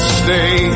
stay